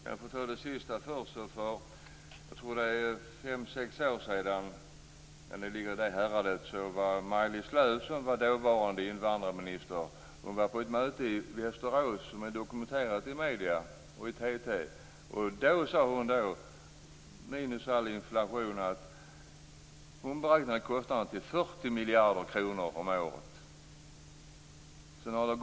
Fru talman! För att ta det sista först: För fem sex år sedan var Maj-Lis Lööw invandrarminister. Hon var på ett möte i Västerås som är dokumenterat i medierna och av TT. Då sade hon att hon beräknade kostnaderna till 40 miljarder kronor om året.